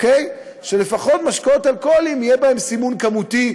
כך שלפחות במשקאות אלכוהוליים יהיה סימון כמותי.